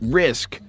risk